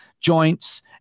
joints